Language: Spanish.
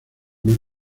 una